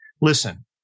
listen